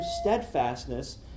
steadfastness